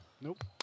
Nope